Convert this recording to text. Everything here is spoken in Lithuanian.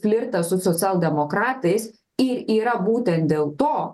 flirtas su socialdemokratais ir yra būtent dėl to